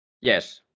Yes